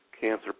cancer